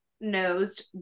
nosed